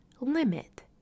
Limit